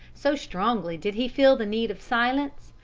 so strongly did he feel the need of silence,